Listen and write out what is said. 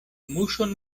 muŝon